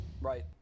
Right